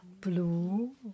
blue